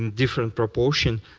and different proportions,